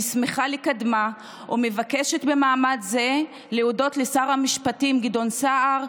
אני שמחה לקדמה ומבקשת במעמד זה להודות לשר המשפטים גדעון סער,